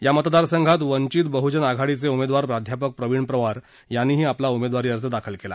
या मतदारसंघात वंचित बहुजन आघाडीचे उमेदवार प्रा प्रवीण पवार यांनीही आपला उमेदवारी अर्ज दाखल केला